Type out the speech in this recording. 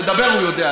לדבר הוא יודע.